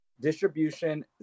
distribution